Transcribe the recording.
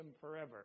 forever